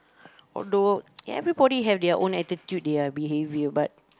although everybody have their own attitude their behavior but